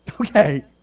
Okay